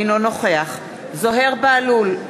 אינו נוכח זוהיר בהלול,